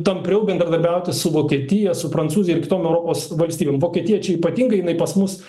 tampriau bendradarbiauti su vokietija su prancūzija ir kitom europos valstybėm vokietija čia ypatingai jinai pas mus